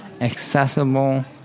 accessible